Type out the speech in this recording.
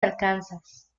arkansas